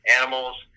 animals